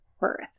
birth